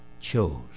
Chose